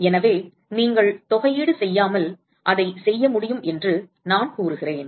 எனவே நீங்கள் தொகையீடு செய்யாமல் அதை செய்ய முடியும் என்று நான் கூறுகிறேன்